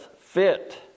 fit